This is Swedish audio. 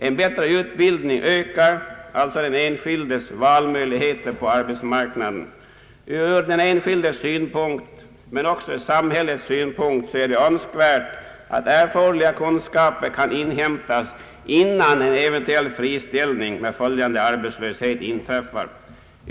En bättre utbildning ökar alltså den enskildes valmöjligheter på arbetsmark naden, Ur den enskildes synpunkt men också ur samhällets synpunkt är det önskvärt att erforderliga kunskaper kan inhämtas innan en eventuell friställning med följande arbetslöshet inträffar.